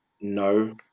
no